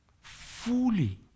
Fully